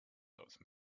those